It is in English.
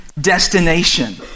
destination